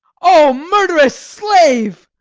o murderous slave!